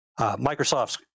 Microsoft's